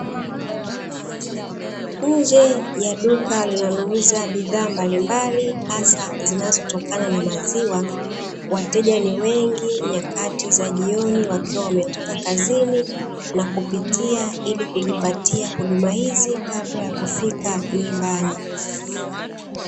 Nje ya duka linalouza bidhaa mbalimbali hasa zinazotokana na maziwa, wateja ni wengi nyakati za jioniwakiwa wametoka kazini, na kupitia ili kujipatia huduma hizi kabla ya kufika nyumbani.